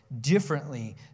differently